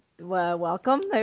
Welcome